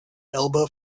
elba